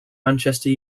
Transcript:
manchester